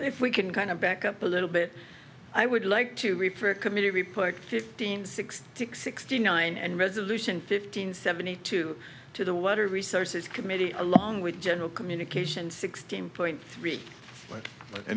if we can kind of back up a little bit i would like to read for a committee be put fifteen sixty six sixty nine and resolution fifteen seventy two to the letter of resources committee along with general communication sixteen point three